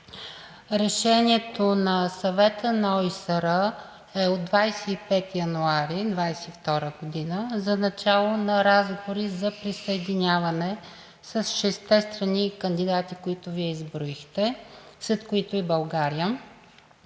Решението на Съвета на ОИСР е от 25 януари 2022 г. за начало на разговори за присъединяване с шестте страни кандидати, които Вие изброихте, сред които е и България.